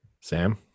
Sam